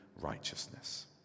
righteousness